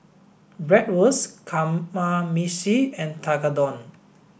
Bratwurst Kamameshi and Tekkadon